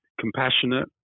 compassionate